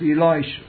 Elisha